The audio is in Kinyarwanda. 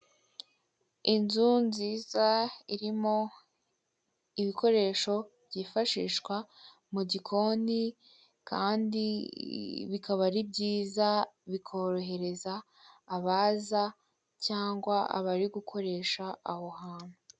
Inzu nziza irimo ibikoresho byifashishwa mu gikoni kandi bikaba ari byiza, bikorohereza abaza cyangwa abari gukoresha aho hantu.